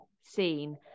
seen